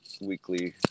weekly